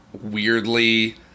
weirdly